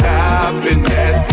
happiness